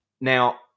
Now